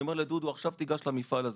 אני אומר לדודו עכשיו תיגש למפעל הזה,